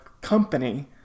company